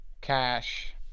cash